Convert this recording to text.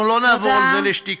אנחנו לא נעבור על זה בשתיקה.